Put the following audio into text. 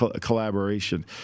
collaboration